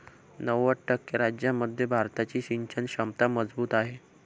नव्वद टक्के राज्यांमध्ये भारताची सिंचन क्षमता मजबूत आहे